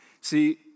See